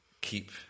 keep